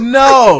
no